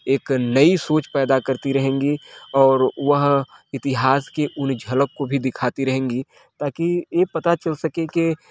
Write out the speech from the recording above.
एक नई सोच पैदा करती रहेंगी और वह इतिहास के उन झलक को भी दिखती रहेंगी ताकि ये पता चल सके कि